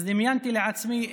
אז דמיינתי לעצמי,